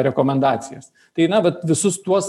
rekomendacijas tai na vat visus tuos